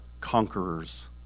conquerors